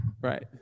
Right